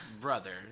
brother